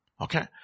okay